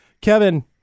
Kevin